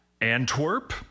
Antwerp